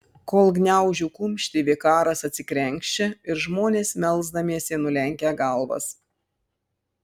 kol gniaužiu kumštį vikaras atsikrenkščia ir žmonės melsdamiesi nulenkia galvas